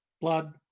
Blood